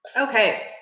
Okay